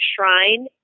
shrine